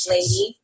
Lady